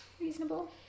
Reasonable